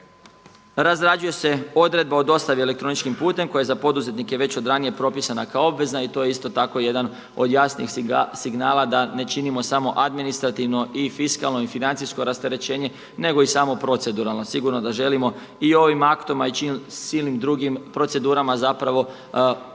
Razrađuje se odredba o dostavi elektroničkim putem koja je za poduzetnike već od ranije propisana kao obvezna i to je isto tako jedan od jasnih signala da ne činimo samo administrativno i fiskalno i financijsko rasterećenje nego i samoproceduralno. Sigurno da želimo i ovim aktom, a i silnim drugim procedurama zapravo promijeniti